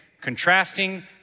Contrasting